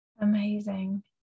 amazing